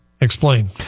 Explain